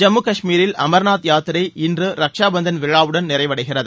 ஜம்மு காஷ்மீரில் அம்நாத் யாத்திரை இன்று ரக்ஷா பந்தன் விழாவுடன் நிறைவடைகிறது